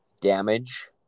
damage